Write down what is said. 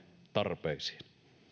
tarpeisiin